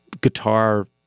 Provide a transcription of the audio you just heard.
guitar